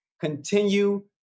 continue